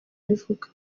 bivuga